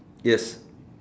yes